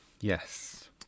Yes